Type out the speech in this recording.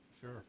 sure